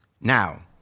Now